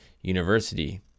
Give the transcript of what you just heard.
University